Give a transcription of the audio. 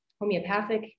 homeopathic